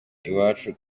iwacu